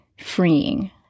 freeing